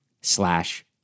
slash